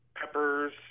peppers